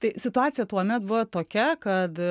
tai situacija tuomet buvo tokia kad